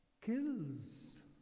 kills